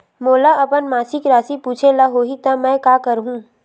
मोला अपन मासिक राशि पूछे ल होही त मैं का करहु?